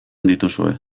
dituzue